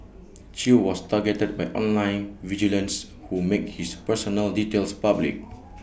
chew was targeted by online vigilantes who made his personal details public